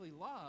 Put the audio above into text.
love